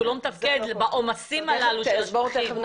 שהוא לא מתפקד בעומסים הללו של השפכים.